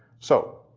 so,